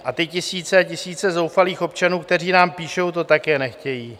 A ty tisíce a tisíce zoufalých občanů, kteří nám píšou, to také nechtějí.